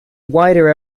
wider